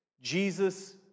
Jesus